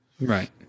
right